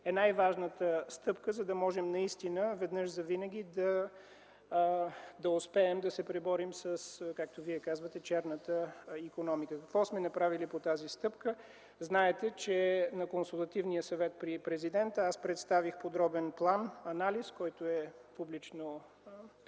е най-важната стъпка, за да можем наистина веднъж завинаги да успеем да се преборим, както Вие казвате, с черната икономика. Какво сме направили по тази стъпка? Знаете, че на Консултативния съвет при Президента аз представих подробен план-анализ, който е публично